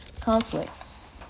conflicts